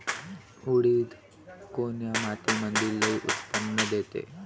उडीद कोन्या मातीमंदी लई उत्पन्न देते?